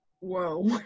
Whoa